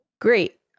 Great